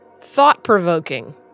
thought-provoking